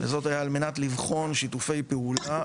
וזאת על מנת לבחון שיתופי פעולה,